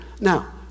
Now